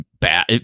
bad